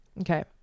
Okay